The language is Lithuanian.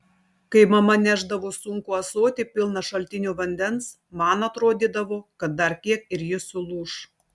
kai mama nešdavo sunkų ąsotį pilną šaltinio vandens man atrodydavo kad dar kiek ir ji sulūš